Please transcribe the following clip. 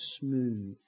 smooth